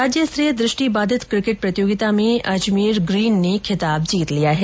राज्यस्तरीय दृष्टिबाधित किकेट प्रतियोगिता में अजमेर ग्रीन ने खिताब जीत लिया है